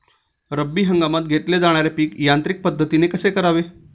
रब्बी हंगामात घेतले जाणारे पीक यांत्रिक पद्धतीने कसे करावे?